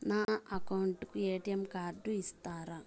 నా అకౌంట్ కు ఎ.టి.ఎం కార్డును ఇస్తారా